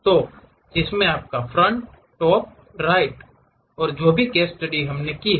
तो जिसमें आपका फ्रंट टॉप राइट और जो भी केस स्टडी हमने की है